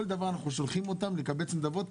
כל דבר אנחנו שולחים אותם לקבץ נדבות,